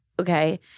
okay